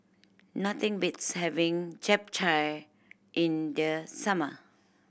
nothing beats having Japchae in the summer